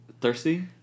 thirsty